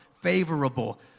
favorable